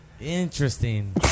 interesting